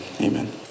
amen